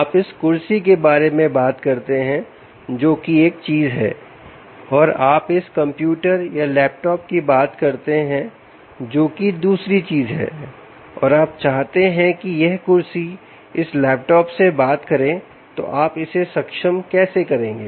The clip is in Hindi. आप इस कुर्सी के बारे में बात करते हैं जो कि एक चीज है और आप इस कंप्यूटर या लैपटॉप की बात करते हैं जो कि दूसरी चीज है और आप चाहते हैं कि यह कुर्सी इस लैपटॉप से बात करें तो आप इसे सक्षम कैसे करेंगे